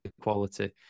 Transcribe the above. quality